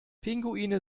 pinguine